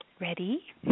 Ready